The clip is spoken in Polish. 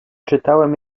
czytałem